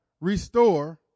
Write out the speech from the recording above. restore